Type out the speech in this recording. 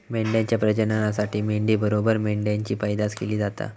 मेंढ्यांच्या प्रजननासाठी मेंढी बरोबर मेंढ्यांची पैदास केली जाता